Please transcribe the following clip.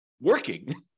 working